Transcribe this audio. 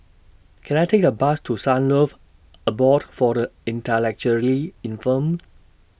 Can I Take A Bus to Sunlove Abode For The Intellectually Infirmed